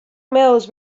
mills